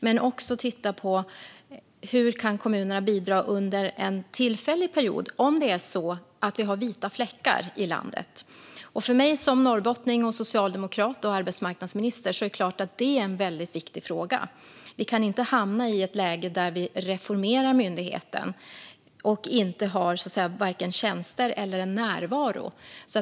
Men vi vill också titta på hur kommunerna kan bidra under en tillfällig period om det är så att vi har vita fläckar i landet. För mig som norrbottning, socialdemokrat och arbetsmarknadsminister är det klart att det är en väldigt viktig fråga. Vi kan inte hamna i ett läge där vi reformerar myndigheten och inte har vare sig tjänster eller en närvaro.